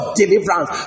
deliverance